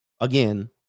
again